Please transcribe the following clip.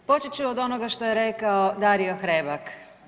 Počet ću od onoga što je rekao Dario Hrebak.